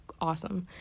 awesome